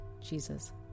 Jesus